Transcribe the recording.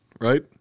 right